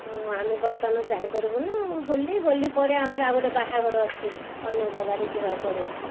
ମୁଁ ଆମେ ବର୍ତ୍ତମାନ ଯାଇପାରିବୁନୁ ହୋଲି ହୋଲି ପରେ ଆମର ଆଉ ଗୋଟେ ବାହାଘର ଅଛି ଅନ୍ୟ ଜାଗାରେ ଯିବାକୁ ପଡ଼ିବ